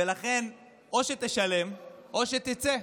ולכן או שתשלם או שתצא.